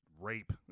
rape